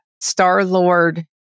Star-Lord